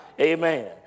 amen